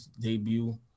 debut